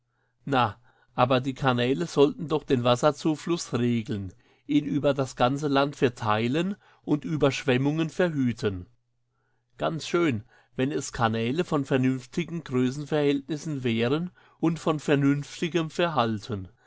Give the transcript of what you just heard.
na aber die kanäle sollten doch den wasserzufluß regeln ihn über das ganze land verteilen und überschwemmungen verhüten ganz schön wenn es kanäle von vernünftigen größenverhältnissen wären und von vernünftigem verhalten